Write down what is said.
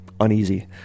uneasy